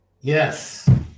Yes